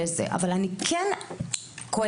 אבל אני כן כועסת.